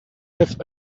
have